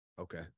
Okay